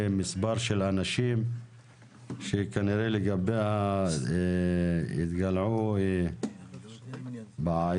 מספר של אנשים שכנראה לגביה התגלעו בעיות,